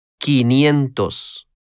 Quinientos